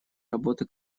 работы